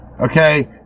Okay